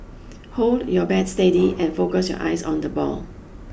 hold your bat steady and focus your eyes on the ball